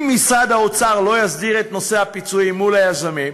אם משרד האוצר לא יסדיר את נושא הפיצויים מול היזמים,